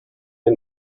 der